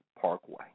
Parkway